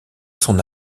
son